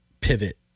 pivot